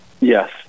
Yes